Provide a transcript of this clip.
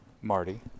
Marty